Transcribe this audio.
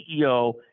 CEO